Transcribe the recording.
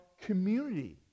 community